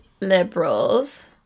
liberals